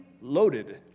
loaded